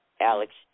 Alex